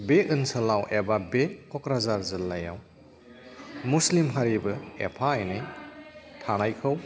बे ओनसोलाव एबा बे क'क्राझार जिल्लायाव मुस्लिम हारिबो एफा एनै थानायखौ